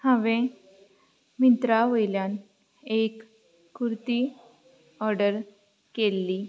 हांवें मिंत्रा वयल्यान एक कुरती ऑर्डर केल्ली